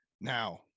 Now